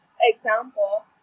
example